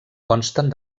consten